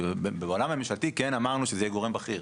כאילו בעולם הממשלתי כן אמרנו שזה יהיה גורם בכיר.